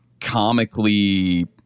comically